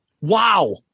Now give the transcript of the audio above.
Wow